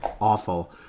awful